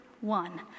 one